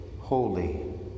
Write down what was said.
holy